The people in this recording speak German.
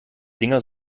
dinger